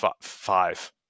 five